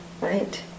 Right